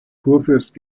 kurfürst